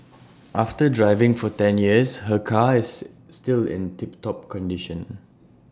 after driving for ten years her car is still in tip top condition